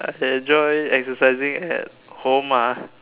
I enjoy exercising at home ah